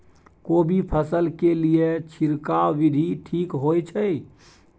कोबी फसल के लिए छिरकाव विधी ठीक होय छै?